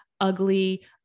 ugly